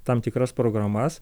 tam tikras programas